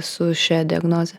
su šia diagnoze